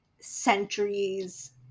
centuries